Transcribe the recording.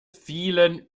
vielen